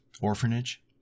orphanage